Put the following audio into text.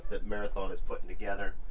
that marathon is putting together.